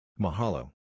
Mahalo